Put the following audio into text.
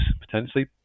potentially